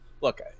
Look